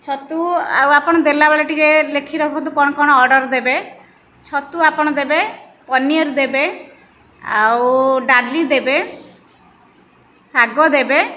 ଛତୁ ଆଉ ଆପଣ ଦେଲା ବେଳେ ଟିକେ ଲେଖି ରଖନ୍ତୁ କ'ଣ କ'ଣ ଅର୍ଡ଼ର ଦେବେ ଛତୁ ଆପଣ ଦେବେ ପନୀର ଦେବେ ଆଉ ଡାଲି ଦେବେ ଶାଗ ଦେବେ